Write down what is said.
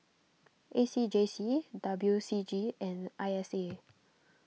A C J C W C G and I S A